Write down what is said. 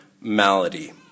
malady